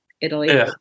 italy